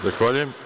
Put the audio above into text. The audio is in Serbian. Zahvaljujem.